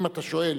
אם אתה שואל,